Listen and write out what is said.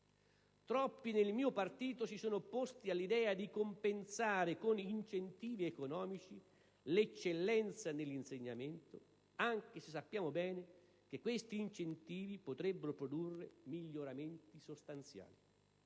Troppi nel mio partito si sono opposti all'idea di compensare con incentivi economici l'eccellenza nell'insegnamento, anche se sappiamo bene che questi incentivi potrebbero produrre miglioramenti sostanziali.